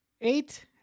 eight